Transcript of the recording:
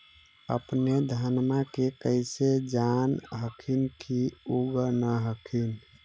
अपने धनमा के कैसे जान हखिन की उगा न हखिन?